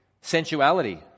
Sensuality